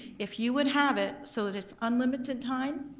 if you would have it so that it's unlimited time,